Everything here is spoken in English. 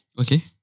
Okay